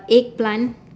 eggplant